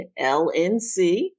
LNC